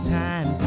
time